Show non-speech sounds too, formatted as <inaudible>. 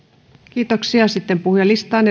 sitten puhujalistaan <unintelligible>